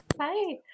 hi